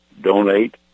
donate